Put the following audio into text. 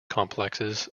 complexes